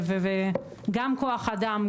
גם כוח אדם,